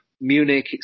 Munich